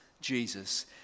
Jesus